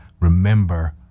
Remember